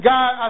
God